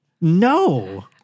No